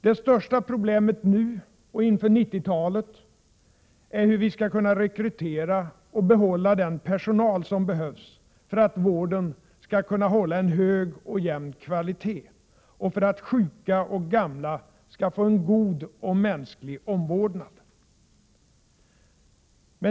Det största problemet nu, och inför 90-talet, är hur vi skall kunna rekrytera och behålla den personal som behövs för att vården skall kunna hålla en hög och jämn kvalitet, och för att sjuka och gamla skall kunna få en god och mänsklig omvårdnad.